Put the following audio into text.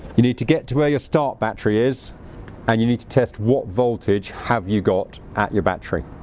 you need to get to where your start battery is and you need to test what voltage have you got at your battery.